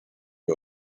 you